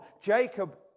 Jacob